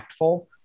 impactful